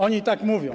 Oni tak mówią.